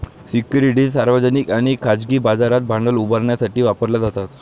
securities सार्वजनिक आणि खाजगी बाजारात भांडवल उभारण्यासाठी वापरल्या जातात